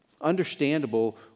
understandable